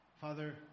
Father